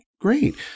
great